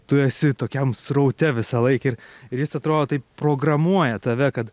tu esi tokiam sraute visą laiką ir ir jis atrodo taip programuoja tave kad